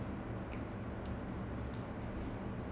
no but he has had his movies lah like the